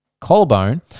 collarbone